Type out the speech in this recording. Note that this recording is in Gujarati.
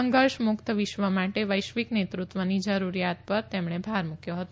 સંઘર્ષ મુક્ત વિશ્વ માટે વૈશ્વિક નેતૃત્વની જરૂરિયાત પર તેમણે ભાર મૂક્યો હતો